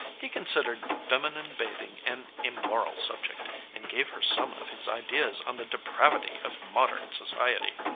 he considered feminine bathing an immoral subject, and gave her some of his ideas on the depravity of modern society.